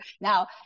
now